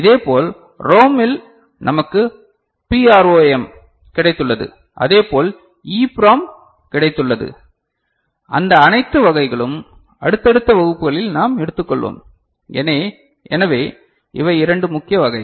இதேபோல் ROM இல் நமக்கு PROM கிடைத்துள்ளது அதேப்போல் EPROM கிடைத்துள்ளது அந்த அனைத்து வகைகளும் அடுத்தடுத்த வகுப்புகளில் நாம் எடுத்துக்கொள்வோம் எனவே இவை இரண்டு முக்கிய வகைகள்